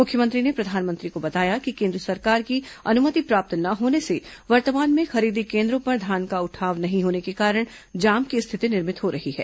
मुख्यमंत्री ने प्रधानमंत्री को बताया कि केन्द्र सरकार की अनुमति प्राप्त न होने से वर्तमान में खरीदी केन्द्रों पर धान का उठाव नहीं होने के कारण जाम की स्थिति निर्मित हो रही है